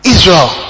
Israel